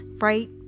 right